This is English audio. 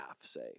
say